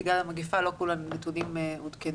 בגלל המגפה לא כל הנתונים עודכנו.